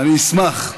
אני אשמח.